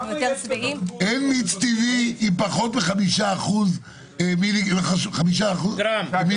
אין מיץ טבעי עם פחות מ-5 גרם סוכר.